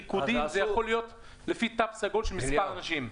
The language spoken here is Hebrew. בריקודים אלא לפי תו סגול של מספר אנשים.